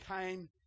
came